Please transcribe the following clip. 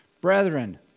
Brethren